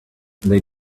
they